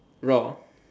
roar